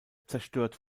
zerstört